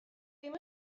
ddim